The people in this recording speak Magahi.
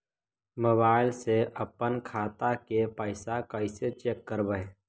मोबाईल से अपन खाता के पैसा कैसे चेक करबई?